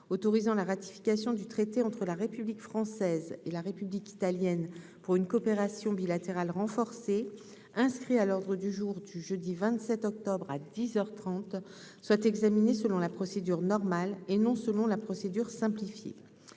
autorisant la ratification du traité entre la République française et la République italienne pour une coopération bilatérale renforcée, inscrit à l'ordre du jour du jeudi 27 octobre à 10 heures 30 soit examiné selon la procédure normale et non selon la procédure simplifiée